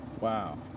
Wow